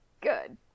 Good